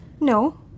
No